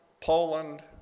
Poland